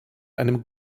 einem